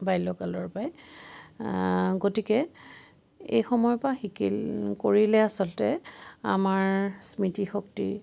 বাল্যকালৰ পৰাই গতিকে এই সময়ৰ পৰা শিকি কৰিলে আচলতে আমাৰ স্মৃতি শক্তি